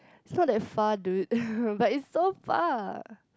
it's not that far dude but it's so far